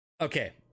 Okay